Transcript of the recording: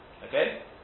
Okay